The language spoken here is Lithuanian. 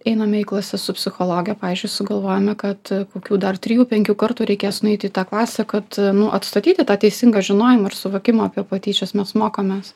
einame į klases su psichologe pavyzdžiui sugalvojome kad kokių dar trijų penkių kartų reikės nueit į tą klasę kad nu atstatyti tą teisingą žinojimą ir suvokimą apie patyčias mes mokomės